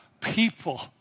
people